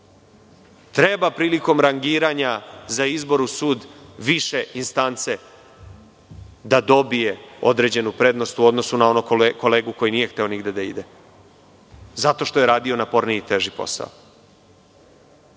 treba prilikom rangiranja za izbor u sud više instance da dobije određenu prednost u odnosu na onog kolegu koji nije hteo nigde da ide zato što je radio naporniji i teži posao. Svi